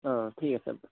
অঁ ঠিক আছে